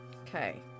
Okay